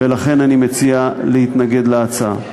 ולכן אני מציע להתנגד להצעה.